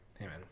Amen